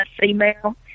female